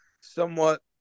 somewhat